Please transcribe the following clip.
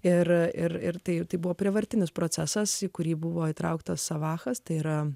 ir ir ir tai buvo prievartinis procesas į kurį buvo įtrauktas alachas tai yra